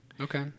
Okay